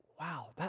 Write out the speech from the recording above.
wow